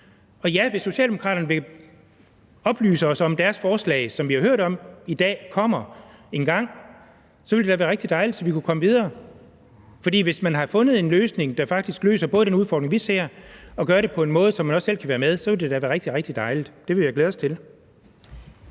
Og ja, hvis Socialdemokraterne vil oplyse os om deres forslag, som vi har hørt om i dag kommer engang, så ville det da være rigtig dejligt, så vi kunne komme videre. For hvis man har fundet en løsning, der faktisk både løser den udfordring, vi ser, og gør det på en måde, så man også selv kan være med, så ville det da være rigtig, rigtig dejligt. Det vil vi glæde os til.